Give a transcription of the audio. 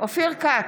אופיר כץ,